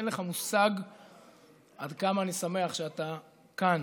אין לך מושג עד כמה אני שמח שאתה כאן